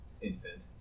infant